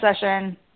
session